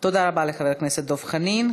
תודה רבה לחבר הכנסת דב חנין.